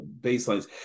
baselines